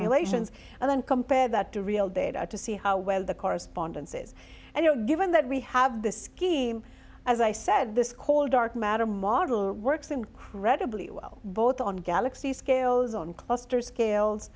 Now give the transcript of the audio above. relations and then compare that to real data to see how well the correspondence is and you know given that we have this scheme as i said this called dark matter model works incredibly well both on galaxy scales on cluster scales